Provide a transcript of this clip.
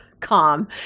calm